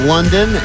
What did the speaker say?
London